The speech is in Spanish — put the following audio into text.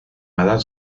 madame